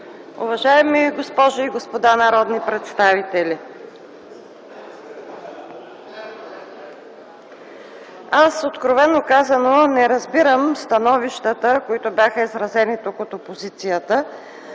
Уважаеми госпожи и господа народни представители! Аз откровено казано не разбирам становищата, които бяха изразени тук от опозицията